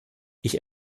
ich